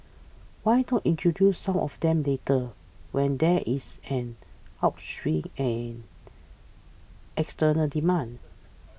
why not introduce some of them later when there is an upswing in external demand